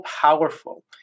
powerful